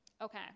okay